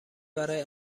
برای